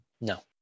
No